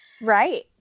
Right